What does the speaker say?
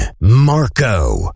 Marco